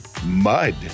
Mud